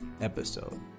episode